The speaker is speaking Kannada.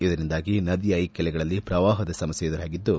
ಇದರಿಂದಾಗಿ ನದಿಯ ಇಕ್ಕೆಲಗಳಲ್ಲಿ ಶ್ರವಾಹದ ಸಮಸ್ಥೆ ಎದುರಾಗಿದ್ದು